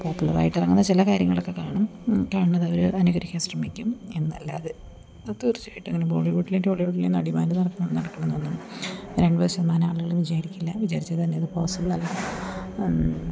പോപ്പുലറായിട്ട് അങ്ങനെ ചില കാര്യങ്ങൾ ഒക്കെ കാണും കാണണത് അവർ അനുകരിക്കാൻ ശ്രമിക്കും എന്നല്ലാതെ തീർച്ചയായിട്ട് അങ്ങനെ ബോളിവുഡിലേം ടോളിവുഡിലേയും നടിമാർ നടക്കണത് നടക്കണതോന്നും എൺപത് ശതമാനം ആളുകൾ വിചാരിക്കില്ല വിചാരിച്ചാൽ തന്നെ ഇത് പോസിബിളല്ല